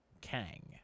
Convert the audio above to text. Kang